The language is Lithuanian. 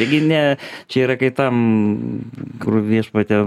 tai gi ne čia yra kai tam kur viešpatie